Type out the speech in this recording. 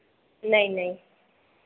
नहीं नहीं